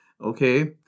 okay